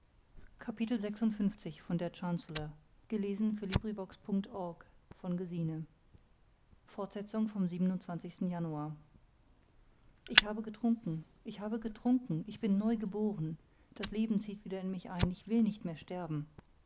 vom januar ich habe getrunken ich habe getrunken ich bin neu geboren das leben zieht wieder in mich ein ich will nicht mehr sterben